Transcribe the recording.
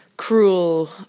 cruel